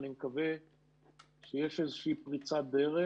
אני מקווה שיש איזושהי פריצת דרך.